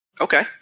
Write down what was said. Okay